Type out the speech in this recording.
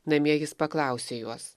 namie jis paklausė juos